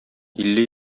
илле